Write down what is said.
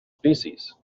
species